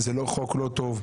זה חוק לא טוב.